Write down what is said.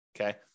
okay